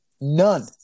None